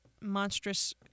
monstrous